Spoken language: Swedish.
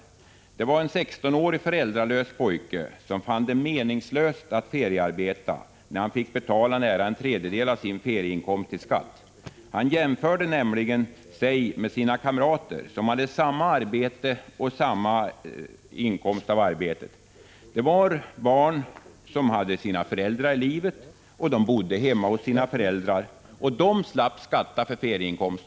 Detta fall handlade om en 16-årig föräldralös pojke som fann det meningslöst att feriearbeta när han fick betala nära en tredjedel av sin ferieinkomst i skatt. Han jämförde sig nämligen med sina kamrater som hade samma arbete och samma inkomst av arbetet. Hans kamrater var barn som hade sina föräldrar i livet och som bodde hemma hos dessa. Dessa barn behövde inte skatta för sina ferieinkomster.